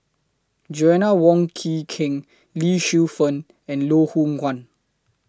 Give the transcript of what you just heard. Joanna Wong Quee Keng Lee Shu Fen and Loh Hoong Kwan